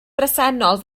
bresennol